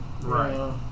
Right